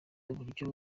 uburyo